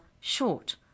short